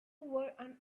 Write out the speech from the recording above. were